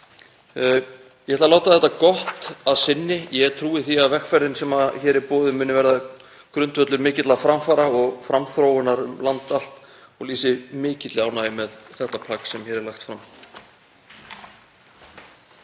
Ég ætla að segja þetta gott að sinni. Ég trúi því að vegferðin sem hér er boðuð muni verða grundvöllur mikilla framfara og framþróunar um land allt og lýsi yfir mikilli ánægju með það plagg sem hér er lagt fram.